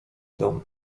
dom